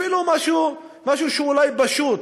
אפילו משהו שהוא אולי פשוט,